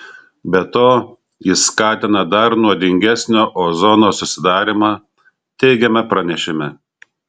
be to jis skatina dar nuodingesnio ozono susidarymą teigiama pranešime